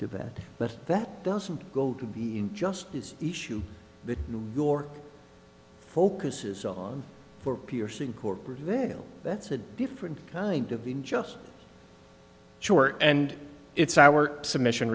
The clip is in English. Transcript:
to that but that doesn't go to be injustice issue the new york focuses on for piercing corporate veil that's a different kind of injustice sure and it's our submission